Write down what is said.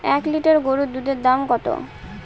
এক লিটার গরুর দুধের দাম কত?